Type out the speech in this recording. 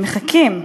שמחכים,